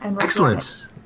Excellent